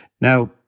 Now